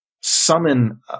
summon